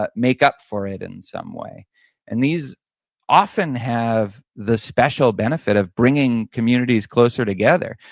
but make up for it in some way and these often have the special benefit of bringing communities closer together,